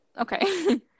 okay